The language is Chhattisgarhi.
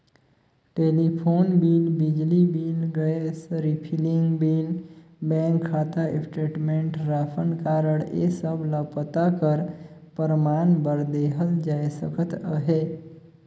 टेलीफोन बिल, बिजली bill, gas refilling bill, bank खाता स्टेटमेंट, रासन कारड ए सब ल पता कर परमान बर देहल जाए सकत अहे